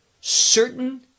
certain